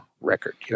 record